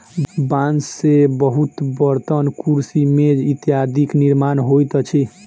बांस से बहुत बर्तन, कुर्सी, मेज इत्यादिक निर्माण होइत अछि